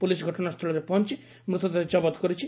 police ଘଟଶାସ୍ଚଳରେ ପହଞ୍ ମୃତଦେହ କବତ କରିଛି